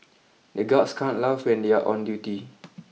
the guards can't laugh when they are on duty